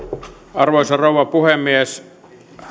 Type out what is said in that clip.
arvoisa rouva puhemies